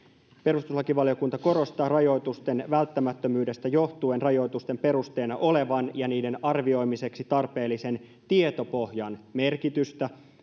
perustuslakivaliokunta korostaa rajoitusten välttämättömyydestä johtuen rajoitusten perusteena olevan ja niiden arvioimiseksi tarpeellisen tietopohjan merkitystä